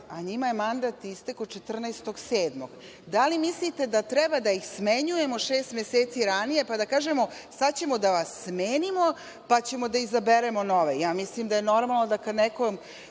a njima je mandat istekao 14. jula. Da li mislite da treba da ih smenjujemo šest meseci ranije, pa da kažemo – sada ćemo da vas smenimo, pa ćemo da izaberemo nove. Ja mislim da je normalno, kada neko,